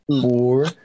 four